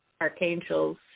archangels